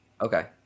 Okay